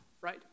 right